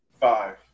Five